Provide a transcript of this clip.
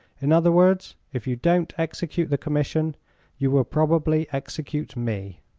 in other words, if you don't execute the commission you will probably execute me.